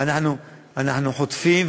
אנחנו חוטפים.